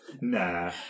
Nah